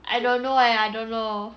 I don't know eh I don't know